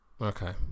okay